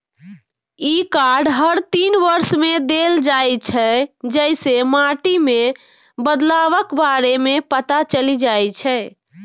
ई card हर तीन वर्ष मे देल जाइ छै, जइसे माटि मे बदलावक बारे मे पता चलि जाइ छै